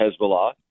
Hezbollah